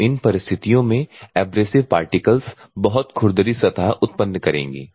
तो इन परिस्थितियों में एब्रेसिव पार्टिकल्स बहुत खुरदरी सतह उत्पन्न करेंगे